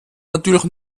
natürlich